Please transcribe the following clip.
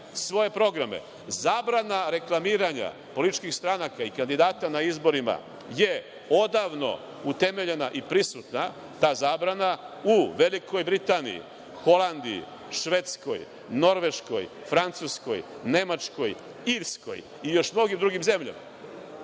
svoje programe. Zabrana reklamiranja političkih stranaka i kandidata na izborima je odavno utemeljena i prisutna, ta zabrana u Velikoj Britaniji, Holandiji, Švedskoj, Norveškoj, Francuskoj, Nemačkoj, Irskoj i još u mnogo drugim zemljama.